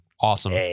Awesome